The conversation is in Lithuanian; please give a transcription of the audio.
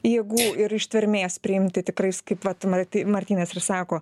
jėgų ir ištvermės priimti tikrais kaip vat marti martynas ir sako